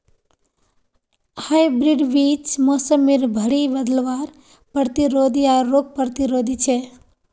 hybrid बीज मोसमेर भरी बदलावर प्रतिरोधी आर रोग प्रतिरोधी छे